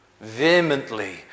vehemently